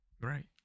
right